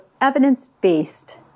evidence-based